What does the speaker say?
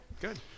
good